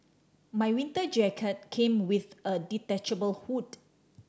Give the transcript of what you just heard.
my winter jacket came with a detachable hood